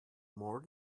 more